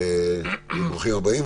ברוכים הבאים,